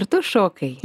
ir tu šokai